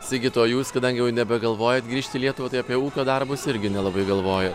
sigita o jūs kadangi jau nebegalvojat grįžt į lietuvą tai apie ūkio darbus irgi nelabai galvojo